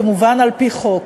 כמובן על-פי חוק.